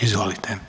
Izvolite.